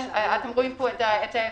אתם רואים פה את ההבדלים.